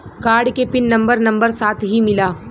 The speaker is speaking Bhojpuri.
कार्ड के पिन नंबर नंबर साथही मिला?